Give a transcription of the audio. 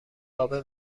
خوابه